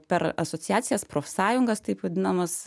per asociacijas profsąjungas taip vadinamas